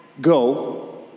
go